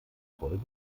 folgen